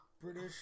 British